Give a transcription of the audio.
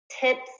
tips